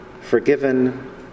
forgiven